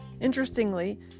Interestingly